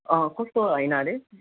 कस्तो होइन हरे